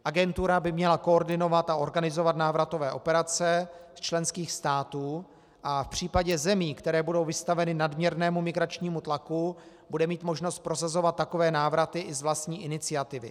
Agentura by měla koordinovat a organizovat návratové operace členských států a v případě zemí, které budou vystaveny nadměrnému migračnímu tlaku, bude mít možnost prosazovat takové návraty i z vlastní iniciativy.